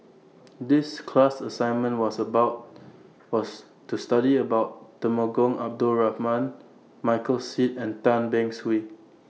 The class assignment was about was to study about Temenggong Abdul Rahman Michael Seet and Tan Beng Swee